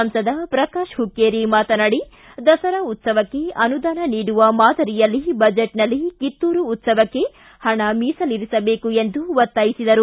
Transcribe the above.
ಸಂಸದ ಪ್ರಕಾಶ್ ಹುಕ್ಕೇರಿ ಮಾತನಾಡಿ ದಸರಾ ಉತ್ಸವಕ್ಕೆ ಅನುದಾನ ನೀಡುವ ಮಾದರಿಯಲ್ಲಿ ಬಜೆಟ್ ನಲ್ಲಿ ಕಿತ್ತೂರು ಉತ್ತವಕ್ಕೆ ಹಣ ಮೀಸಲಿರಿಸಬೇಕು ಎಂದು ಒತ್ತಾಯಿಸಿದರು